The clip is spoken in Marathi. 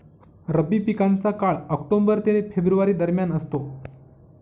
रब्बी पिकांचा काळ ऑक्टोबर ते फेब्रुवारी दरम्यान असतो